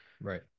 Right